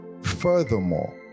Furthermore